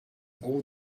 all